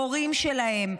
ההורים שלהם,